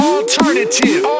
Alternative